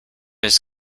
was